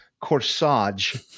corsage